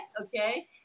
okay